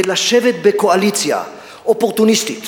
ולשבת בקואליציה אופורטוניסטית